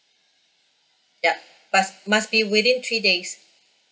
ya buts must be within three days